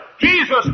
Jesus